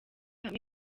hamwe